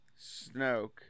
snoke